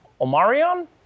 Omarion